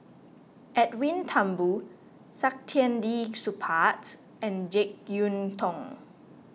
Edwin Thumboo Saktiandi Supaat and Jek Yeun Thong